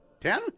Ten